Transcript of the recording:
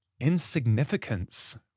insignificance